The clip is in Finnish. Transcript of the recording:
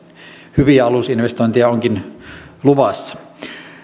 hyviä alusinvestointeja onkin luvassa